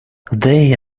they